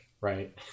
Right